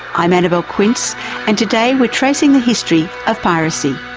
i'm annabelle quince and today we're tracing the history of piracy,